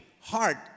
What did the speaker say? heart